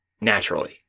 naturally